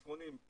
מסרונים,